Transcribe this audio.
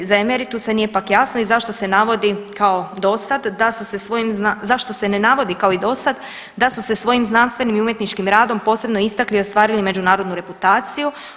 Iza emeritusa nije pak jasno i zašto se navodi kao dosad da su se svojim, zašto se ne navodi kao i dosad da su se svojim znanstvenim i umjetničkim radom posebno istakli i ostvarili međunarodnu reputaciju.